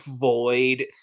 void